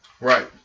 Right